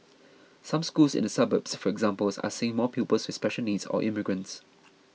some schools in the suburbs for example are seeing more pupils with special needs or immigrants